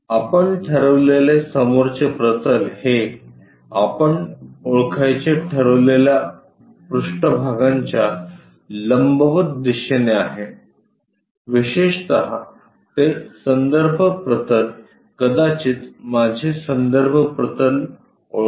आपण ठरवलेले समोरचे प्रतल हे आपण ओळखायचे ठरवलेल्या पृष्ठभागांच्या लंबवत दिशेने आहे विशेषत ते संदर्भ प्रतल कदाचित माझे संदर्भ प्रतल ओळखा